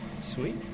Sweet